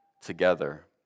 together